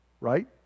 Right